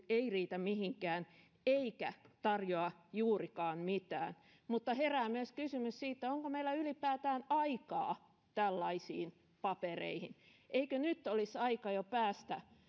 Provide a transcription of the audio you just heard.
ei riitä mihinkään eikä tarjoa juurikaan mitään mutta herää myös kysymys siitä onko meillä ylipäätään aikaa tällaisiin papereihin eikö nyt olisi aika jo päästä